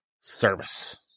service